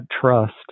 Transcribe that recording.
trust